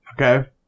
Okay